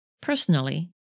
Personally